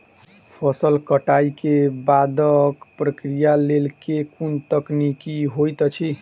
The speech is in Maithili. फसल कटाई केँ बादक प्रक्रिया लेल केँ कुन तकनीकी होइत अछि?